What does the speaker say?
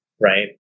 right